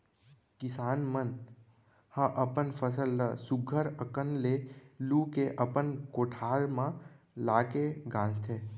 किसान मन ह अपन फसल ल सुग्घर अकन ले लू के अपन कोठार म लाके गांजथें